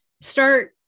Start